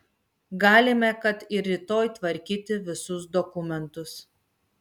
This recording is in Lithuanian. galime kad ir rytoj tvarkyti visus dokumentus